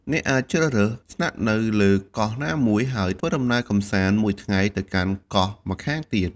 អ្នកអាចជ្រើសរើស ស្នាក់នៅលើកោះណាមួយ ហើយធ្វើដំណើរកម្សាន្តមួយថ្ងៃទៅកាន់កោះម្ខាងទៀត។